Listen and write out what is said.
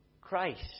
Christ